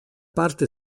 parte